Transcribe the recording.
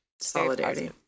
solidarity